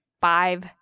five